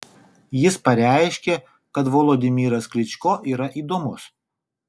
jis pareiškė kad volodymyras klyčko yra įdomus